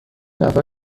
نفر